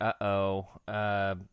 uh-oh